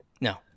No